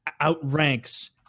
outranks